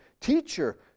Teacher